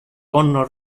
con